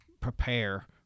prepare